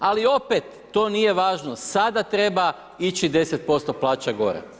Ali opet to nije važno, sada treba ići 10% plaća gore.